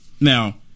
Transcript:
Now